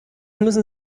müssen